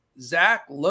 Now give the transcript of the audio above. Zach